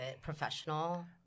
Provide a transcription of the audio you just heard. professional